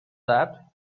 that